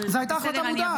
אבל בסדר.